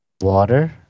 Water